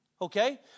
Okay